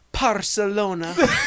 Barcelona